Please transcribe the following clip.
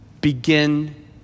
begin